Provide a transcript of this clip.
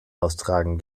austragen